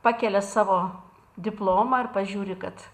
pakelia savo diplomą ir pažiūri kad